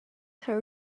her